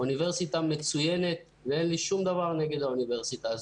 אוניברסיטה מצוינת ואין לי שום דבר נגד האוניברסיטה הזאת.